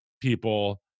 people